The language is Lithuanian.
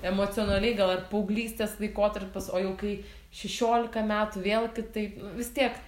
emocionaliai gal ir paauglystės laikotarpis o jau kai šešiolika metų vėl kitaip vis tiek